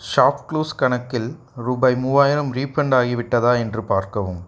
ShopClues கணக்கில் ரூபாய் மூவாயிரம் ரீஃபண்ட் ஆகிவிட்டதா என்று பார்க்கவும்